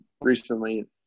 recently